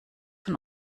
von